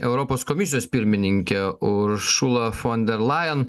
europos komisijos pirmininkė uršula fon der lajen